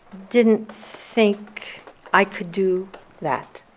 didn't think i could do that.